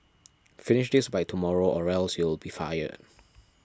finish this by tomorrow or else you'll be fired